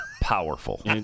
powerful